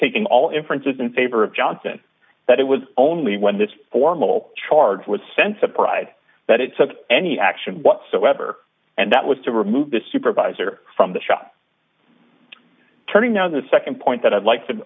taken all inferences in favor of johnson that it was only when this formal charge was sense of pride that it took any action whatsoever and that was to remove the supervisor from the shop turning down the nd point that i'd like to